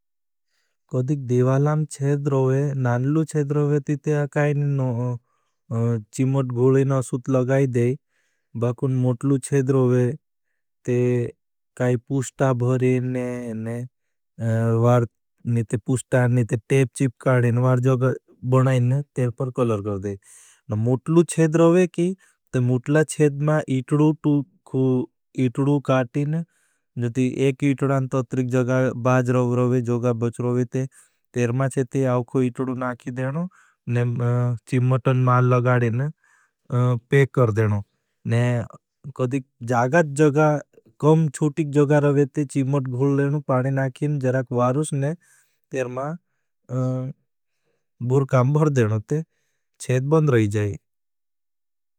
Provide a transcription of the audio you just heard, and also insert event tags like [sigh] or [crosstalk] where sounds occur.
कदिक देवालाम छेद रोगे, नानलू छेद रोगे, ती ते काई चिमोट गुले न असुत लगाई दे। बाकुन मुटलू छेद रोगे, ते काई पूष्टा भरेन ने, वार निथे पूष्टा, निथे टेप चिप काडेन, वार जोगा बनाईन, ते पर कलर कर दे। न मुटलू छेद रोगे की, ते मुटला छेद मां इटड़ू काटीन, जती एक इटड़ान तत्रिक जगा बाज रोगे, जगा बच रोगे ते। तेर मां छेद यावको इटड़ू नाखी देनो, ने चिमोटन माल लगाढेन, पेक कर देनो। ने कदि जागाद जगा, कम छूटिक जगा रोगे ते, चिमोट गुल लेनु, पाने नाखीन, जराक वारूस ने, तेर मां [hesitation] बूर काम भर देनो, ते छेद बंद रही जाए।